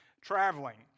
traveling